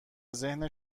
ذهن